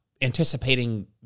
anticipating